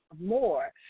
more